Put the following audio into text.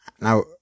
Now